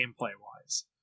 gameplay-wise